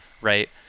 right